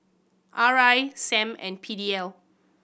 R I Sam and P D L